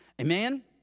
Amen